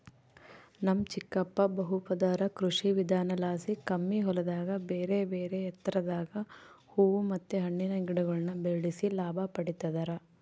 ನಮ್ ಚಿಕ್ಕಪ್ಪ ಬಹುಪದರ ಕೃಷಿವಿಧಾನಲಾಸಿ ಕಮ್ಮಿ ಹೊಲದಾಗ ಬೇರೆಬೇರೆ ಎತ್ತರದಾಗ ಹೂವು ಮತ್ತೆ ಹಣ್ಣಿನ ಗಿಡಗುಳ್ನ ಬೆಳೆಸಿ ಲಾಭ ಪಡಿತದರ